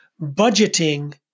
budgeting